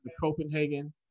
Copenhagen